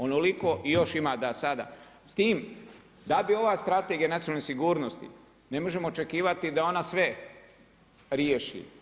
Onoliko još ima da sada s tim da bi ova strategija nacionalne sigurnosti ne možemo očekivati da ona sve riješi.